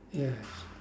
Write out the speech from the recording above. yes